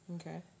Okay